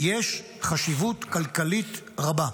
יש חשיבות כלכלית רבה.